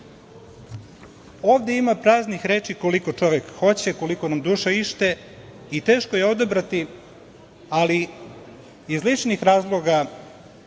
ima praznih reči koliko čovek hoće, koliko nam duša ište i teško je odabrati, ali iz ličnih razloga,